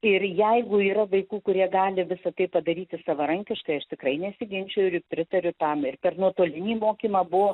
ir jeigu yra vaikų kurie gali visa tai padaryti savarankiškai aš tikrai nesiginčiju ir pritariu tam ir per nuotolinį mokymą buvo